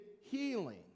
healing